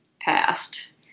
passed